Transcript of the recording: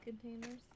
containers